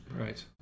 Right